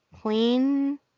clean